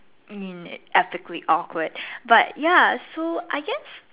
mean epically awkward but ya so I guess